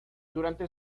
durante